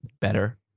better